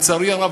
לצערי הרב,